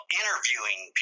interviewing